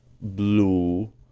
blue